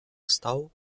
встал